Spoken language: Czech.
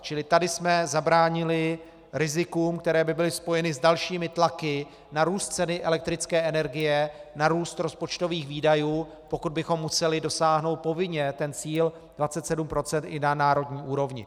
Čili tady jsme zabránili rizikům, která by byla spojena s dalšími tlaky na růst ceny elektrické energie, na růst rozpočtových výdajů, pokud bychom museli dosáhnout povinně cíle 27 % i na národní úrovni.